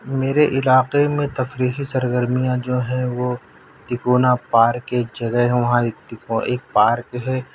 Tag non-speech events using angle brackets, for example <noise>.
میرے علاقے میں تفریحی سرگرمیاں جو ہیں وہ تکونا پارک ایک جگہ ہے وہاں ایک <unintelligible> ایک پارک ہے